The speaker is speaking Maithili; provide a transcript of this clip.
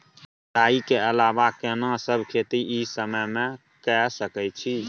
राई के अलावा केना सब खेती इ समय म के सकैछी?